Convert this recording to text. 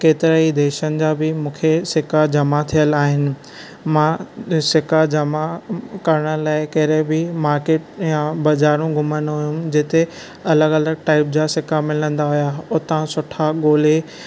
केतिरा ई देशनि जा बि मूंखे सिक्का जमा थियल आहिनि मां सिक्का जमा करण लाइ कहिड़े बि मार्कट या बहारूं घुमंदो हुयमि जिथे अलॻि अलॻि टाइप जा सिक्का मिलंदा हुया उतां सुठा ॻोल्हे